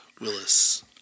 Willis